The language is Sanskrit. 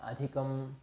अधिकं